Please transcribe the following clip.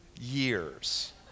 years